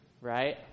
right